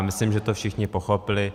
Myslím, že to všichni pochopili.